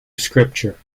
scripture